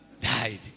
died